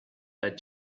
that